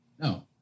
No